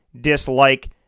dislike